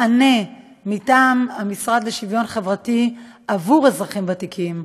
מענה מטעם המשרד לשוויון חברתי עבור אזרחים ותיקים,